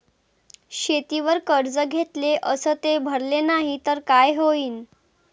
शेतीवर कर्ज घेतले अस ते भरले नाही तर काय होईन?